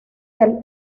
del